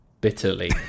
bitterly